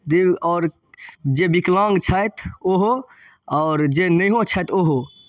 दि आओर जे विकलांग छथि ओहो आओर जे नहिओ छथि ओहो